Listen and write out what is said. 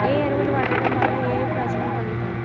ఏ ఎరువులు వాడటం వల్ల ఏయే ప్రయోజనాలు కలుగుతయి?